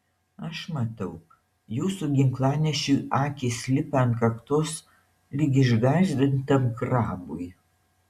aš matau jūsų ginklanešiui akys lipa ant kaktos lyg išgąsdintam krabui